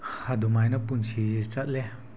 ꯑꯗꯨꯃꯥꯏꯅ ꯄꯨꯟꯁꯤꯁꯦ ꯆꯠꯂꯦ